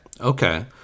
Okay